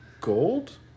Gold